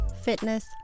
fitness